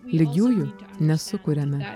lygiųjų nesukuriame